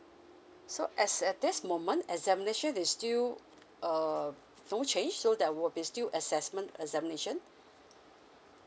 so as at this moment examination they still err no change so there will be still assessment examination